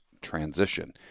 transition